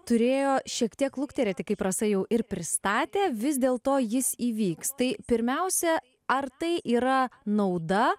turėjo šiek tiek lukterėti kaip rasa jau ir pristatė vis dėl to jis įvyks tai pirmiausia ar tai yra nauda